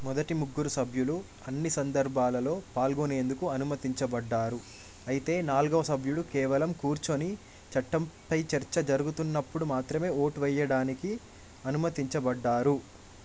మొదటి ముగ్గురు సభ్యులు అన్ని సందర్భాలలో పాల్గొనేందుకు అనుమతించబడ్డారు అయితే నాలుగవ సభ్యుడు కేవలం కూర్చొని చట్టంపై చర్చ జరుగుతున్నప్పుడు మాత్రమే ఓటు వేయడానికి అనుమతించబడ్డారు